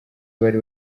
bari